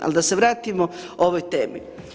Ali da se vratimo ovoj temi.